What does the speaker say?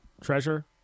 Treasure